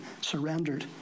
surrendered